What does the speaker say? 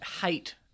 hate